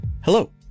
Hello